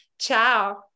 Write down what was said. ciao